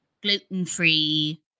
gluten-free